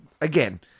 Again